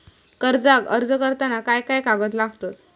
कर्जाक अर्ज करताना काय काय कागद लागतत?